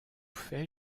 fait